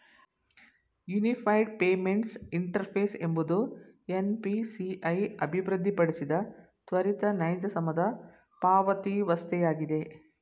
unified payments interface ಎಂಬುದು NPCI ಅಭಿವೃದ್ಧಿಪಡಿಸಿದ ತ್ವರಿತ ನೈಜ ಸಮಯದ ಪಾವತಿವಸ್ಥೆಯಾಗಿದೆ